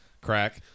crack